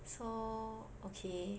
so okay